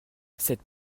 cette